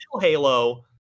Halo